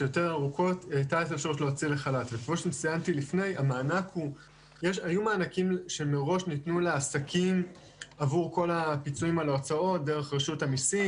אני רוצה להעלות את נעמי רייש מהסוכנות לעסקים קטנים במשרד הכלכלה.